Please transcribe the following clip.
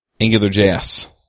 AngularJS